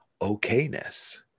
okayness